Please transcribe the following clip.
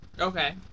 Okay